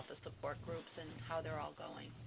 ah support groups and how they're all going.